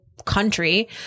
Country